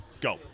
go